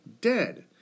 Dead